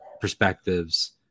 perspectives